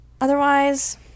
Otherwise